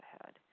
ahead